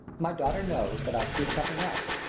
my daughter knows that i speak nothing else.